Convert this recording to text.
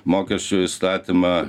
mokesčio įstatymą